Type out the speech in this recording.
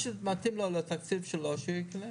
מה שמתאים לו לתקציב שלו - שיקנה.